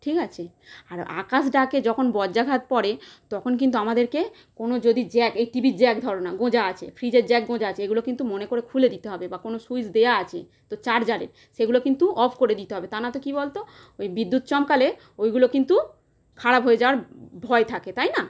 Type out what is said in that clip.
ঠিক আছে আর আকাশ ডাকে যখন বজ্রাঘাত পড়ে তখন কিন্তু আমাদেরকে কোনও যদি জ্যাক এই টিভির জ্যাক ধরো না গোঁজা আছে ফ্রিজের জ্যাক গোঁজা আছে এগুলো কিন্তু মনে করে খুলে দিতে হবে বা কোনও সুইচ দেওয়া আছে তো চার্জারের সেগুলো কিন্তু অফ করে দিতে হবে তা না তো কী বল তো ওই বিদ্যুৎ চমকালে ওইগুলো কিন্তু খারাপ হয়ে যাওয়ার ভয় থাকে তাই না